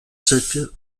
ses